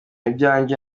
ibyanjye